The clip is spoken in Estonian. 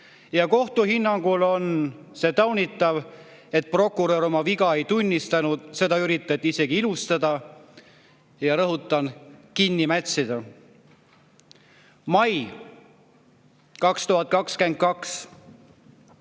kohtu hinnangul on taunitav, et prokurör oma viga ei tunnistanud. Seda üritati isegi ilustada ja – rõhutan – kinni mätsida. Mai 2022.